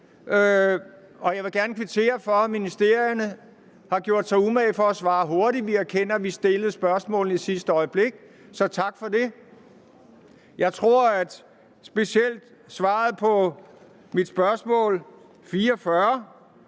og jeg vil gerne kvittere for, at ministerierne har gjort sig umage for at svare hurtigt. Vi erkender, at vi stillede spørgsmålene i sidste øjeblik, så tak for det. Jeg tror, at specielt svaret på spørgsmål 44